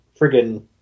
friggin